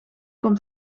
komt